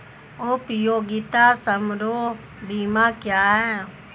उपयोगिता समारोह बीमा क्या है?